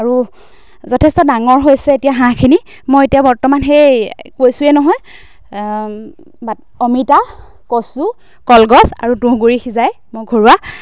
আৰু যথেষ্ট ডাঙৰ হৈছে এতিয়া হাঁহখিনি মই এতিয়া বৰ্তমান সেই কৈছোঁৱে নহয় অমিতা কচু কলগছ আৰু তুঁহগুৰি সিজাই মই ঘৰুৱা